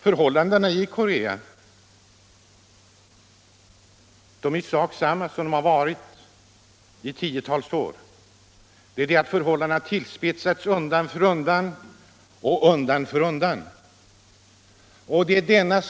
Förhållandena i Korea är i såk desamma som de har varit i tiotals år. Förhållandena har emellertid tillspetsats undan för undan.